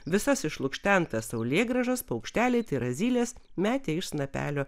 visas išlukštentas saulėgrąžas paukšteliai tai yra zylės metė iš snapelio